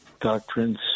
doctrines